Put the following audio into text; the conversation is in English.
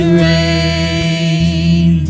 rain